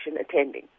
attending